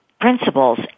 principles